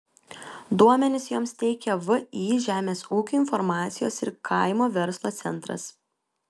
duomenis joms teikia vį žemės ūkio informacijos ir kaimo verslo centras